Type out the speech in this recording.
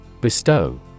Bestow